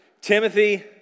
Timothy